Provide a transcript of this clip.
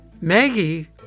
Maggie